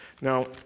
Now